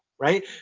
right